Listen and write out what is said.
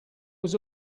was